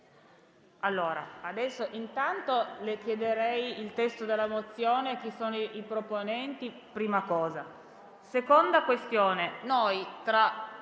Fattori, intanto le chiederei il testo della mozione con i proponenti.